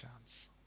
chance